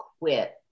quit